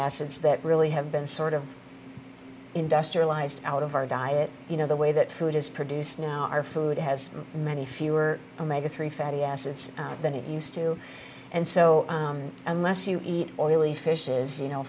that really have been sort of industrialised out of our diet you know the way that food is produced now our food has many fewer omega three fatty acids than it used to and so unless you eat oily fish as you know